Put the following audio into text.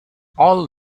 all